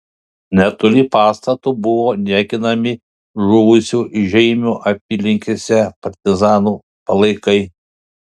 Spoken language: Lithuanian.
netoli pastato buvo niekinami žuvusių žeimių apylinkėse partizanų palaikai